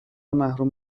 محروم